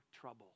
trouble